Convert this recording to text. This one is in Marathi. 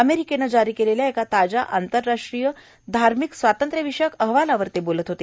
अमेरिकेनं जारी केलेल्या एका ताज्या आंतरराष्ट्रीय धार्मिक स्वातंत्र्यविषयक अहवालावर ते बोलत होते